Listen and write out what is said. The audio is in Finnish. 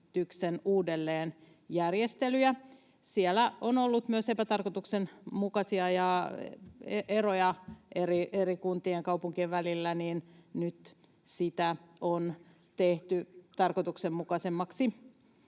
uudelleenjärjestelyjä. Siellä on ollut myös epätarkoituksenmukaisia eroja eri kuntien ja kaupunkien välillä, ja nyt sitä on tehty tarkoituksenmukaisemmaksi.